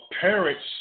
parents